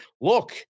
Look